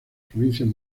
provincias